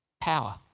power